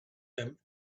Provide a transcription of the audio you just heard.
them